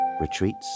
retreats